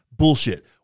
bullshit